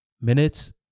minutes